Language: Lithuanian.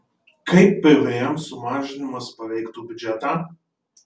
kaip pvm sumažinimas paveiktų biudžetą